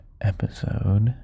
Episode